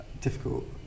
difficult